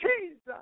Jesus